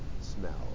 smell